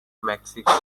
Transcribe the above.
mexico